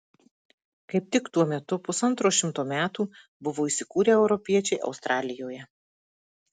kaip tik tuo metu pusantro šimto metų buvo įsikūrę europiečiai australijoje